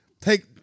take